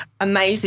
amazing